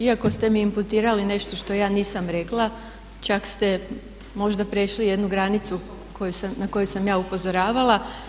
Iako ste mi imputirali nešto što ja nisam rekla čak ste možda prešli jednu granicu na koju sam ja upozoravala.